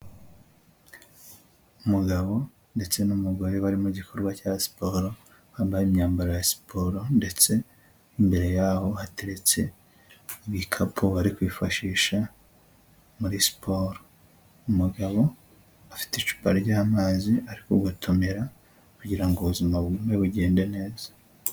Umugabo ndetse n'umugore bari mu gikorwa cya siporo, bambaye imyambaro ya siporo ndetse n'imbere yaho hateretse ibikapu bari kwifashisha muri siporo. Umugabo afite icupa ry'amazi, ari kugotomera kugira ngo ubuzima bugume bugende neza.